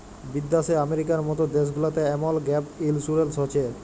বিদ্যাশে আমেরিকার মত দ্যাশ গুলাতে এমল গ্যাপ ইলসুরেলস হছে